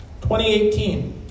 2018